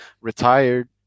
retired